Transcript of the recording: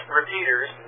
repeaters